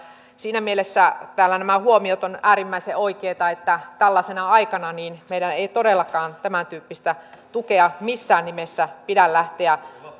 siinä mielessä nämä huomiot täällä ovat äärimmäisen oikeita että tällaisena aikana meidän ei todellakaan tämäntyyppistä tukea missään nimessä pidä lähteä